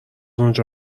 اونجا